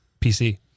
PC